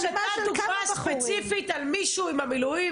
גם נתת דוגמה ספציפית על מישהו עם המילואים,